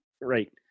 Right